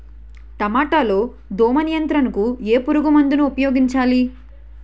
టమాటా లో దోమ నియంత్రణకు ఏ పురుగుమందును ఉపయోగించాలి?